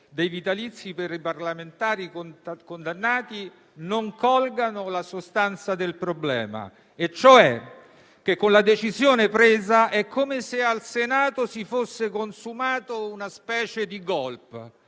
dei vitalizi per i parlamentari condannati non colgano la sostanza del problema e cioè che con la decisione presa è come se al Senato si fosse consumato una specie di *golpe*,